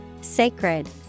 sacred